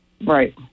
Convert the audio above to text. right